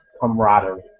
camaraderie